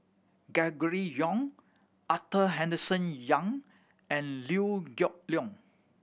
Gregory Yong Arthur Henderson Young and Liew Geok Leong